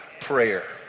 prayer